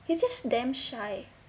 he's just damn shy